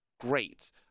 great